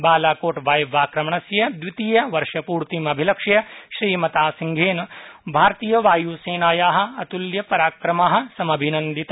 बालाकोट वाय्वाक्रमणस्य द्वितीय वर्षपूर्तिम् अभिलक्ष्य श्रीमता सिंहेन भारतीय वायुसेनाया अतुल्य पराक्रम समभिनन्दित